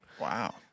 Wow